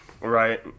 right